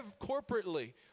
corporately